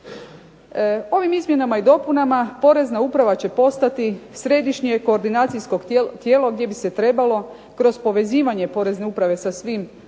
Ovim izmjenama i dopunama Porezna uprava će postati središnje koordinacijsko tijelo gdje bi se trebalo kroz povezivanje Porezne uprave sa svim